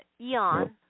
EON